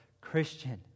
Christian